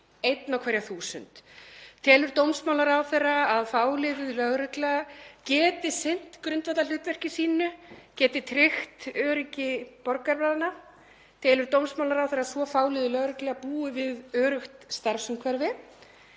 einn á hverja 1.000. Telur dómsmálaráðherra að fáliðuð lögregla geti sinnt grundvallarhlutverki sínu, að geta tryggt öryggi borgaranna? Telur dómsmálaráðherra að svo fáliðuð lögregla búi við öruggt starfsumhverfi?